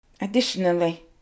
Additionally